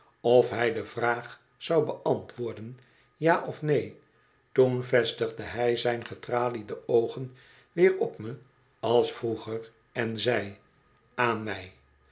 of hij de vraag zou beantwoorden ja of neen toen vestigde hij zijn getraliede oogen weer op me als vroeger en zei aan mij